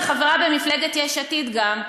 כחברה במפלגת יש עתיד גם,